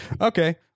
Okay